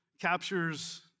captures